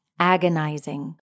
Agonizing